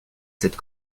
cette